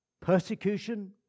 Persecution